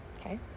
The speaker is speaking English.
Okay